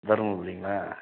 தருமபுரிங்களா